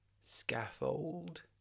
Scaffold